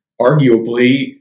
arguably